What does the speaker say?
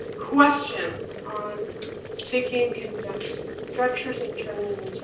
questions on taking condensed structures and turning